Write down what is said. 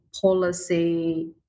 policy